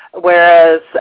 whereas